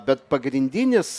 bet pagrindinis